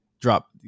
drop